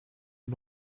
you